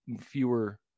fewer